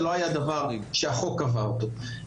זה לא היה דבר שהחוק קבע אותו.